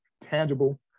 tangible